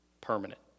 permanent